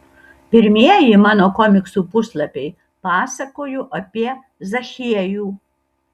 pirmieji mano komiksų puslapiai pasakojo apie zachiejų